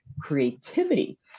creativity